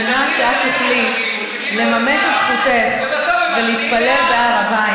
זה נראה לכם נורמלי שאתם עומדים פה ומדברים כל הזמן ובסוף מצביעים בעד?